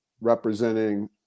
representing